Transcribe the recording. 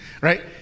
right